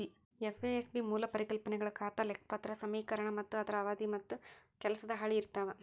FASB ಮೂಲ ಪರಿಕಲ್ಪನೆಗಳ ಖಾತಾ ಲೆಕ್ಪತ್ರ ಸಮೇಕರಣ ಮತ್ತ ಅದರ ಅವಧಿ ಮತ್ತ ಕೆಲಸದ ಹಾಳಿ ಇರ್ತಾವ